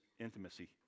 intimacy